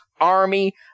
army